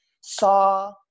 saw